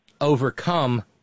overcome